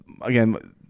again